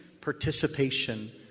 participation